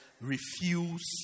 refuse